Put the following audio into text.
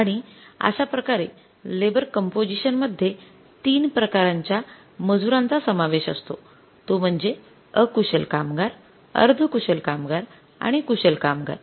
आणि अश्या प्रकारे लेबर कंपोझिशन मध्ये ३ प्रकारच्या मजुरांचा समावेश असतो तो म्हणजे अकुशल कामगार अर्ध कुशल कामगार आणि कुशल कामगार